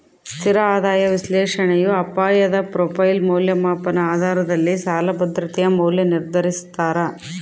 ಸ್ಥಿರ ಆದಾಯ ವಿಶ್ಲೇಷಣೆಯು ಅಪಾಯದ ಪ್ರೊಫೈಲ್ ಮೌಲ್ಯಮಾಪನ ಆಧಾರದಲ್ಲಿ ಸಾಲ ಭದ್ರತೆಯ ಮೌಲ್ಯ ನಿರ್ಧರಿಸ್ತಾರ